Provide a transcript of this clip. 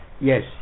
Yes